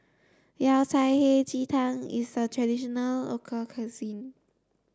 Yao Cai Hei Ji Tang is a traditional local cuisine